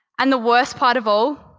and the worst part of all,